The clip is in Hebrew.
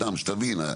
סתם, שתבין.